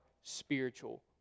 spiritual